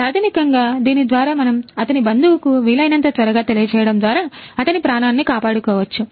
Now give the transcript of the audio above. ప్రాథమికంగా దీని ద్వారా మనం అతని బంధువుకు వీలైనంత త్వరగా తెలియజేయడం ద్వారా అతని ప్రాణాన్ని కాపాడుకోవచ్చు